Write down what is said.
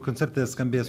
koncerte skambės